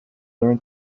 learn